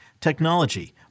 technology